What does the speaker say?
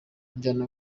njyana